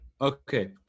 Okay